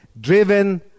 driven